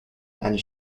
and